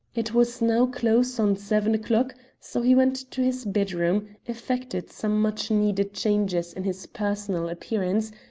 it was now close on seven o'clock, so he went to his bedroom, effected some much-needed changes in his personal appearance,